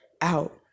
out